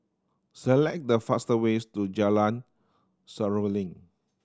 select the fast ways to Jalan Seruling